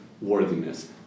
worthiness